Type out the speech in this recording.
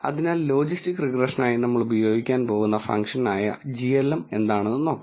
അതിനാൽ ലോജിസ്റ്റിക് റിഗ്രഷനായി നമ്മൾ ഉപയോഗിക്കാൻ പോകുന്ന ഫംഗ്ഷൻ ആയ glm നോക്കാം